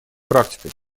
практикой